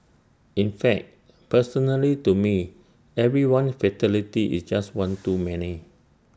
in fact personally to me every one fatality is just one too many